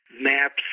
Maps